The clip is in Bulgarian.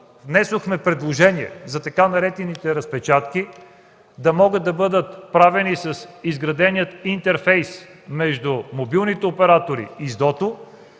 внесохме предложение за така наречените „разпечатки” да могат да бъдат правени с изградения интерфейс между мобилните оператори и СДОТО,